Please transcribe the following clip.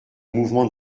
mouvement